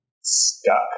stuck